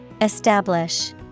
Establish